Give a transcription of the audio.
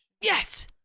Yes